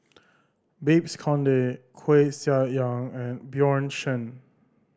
Babes Conde Koeh Sia Yong and Bjorn Shen